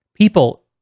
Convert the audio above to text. People